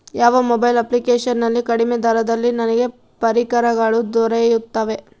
ಯಾವ mobile application ನಲ್ಲಿ ಕಡಿಮೆ ದರದಲ್ಲಿ ನನಗೆ ಪರಿಕರಗಳು ದೊರೆಯುತ್ತವೆ?